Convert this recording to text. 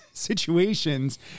situations